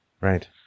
Right